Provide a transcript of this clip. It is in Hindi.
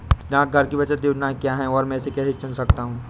डाकघर की बचत योजनाएँ क्या हैं और मैं इसे कैसे चुन सकता हूँ?